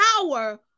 power